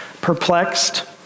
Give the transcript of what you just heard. perplexed